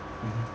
mmhmm